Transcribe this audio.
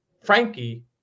Frankie